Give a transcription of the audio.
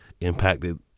impacted